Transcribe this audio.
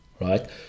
Right